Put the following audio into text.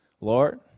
Lord